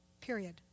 Period